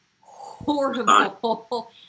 horrible